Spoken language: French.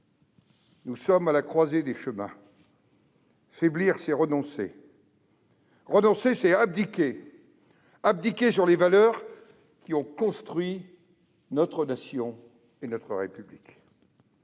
Nous sommes à la croisée des chemins. Faiblir, c'est renoncer. Renoncer, c'est abdiquer. Abdiquer sur les valeurs qui ont construit notre nation et notre République.